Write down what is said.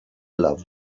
love